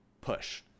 push